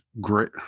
great